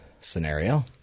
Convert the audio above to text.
Scenario